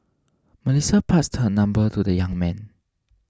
Melissa passed her number to the young man